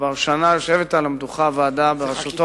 כבר שנה יושבת על המדוכה ועדה בראשותו,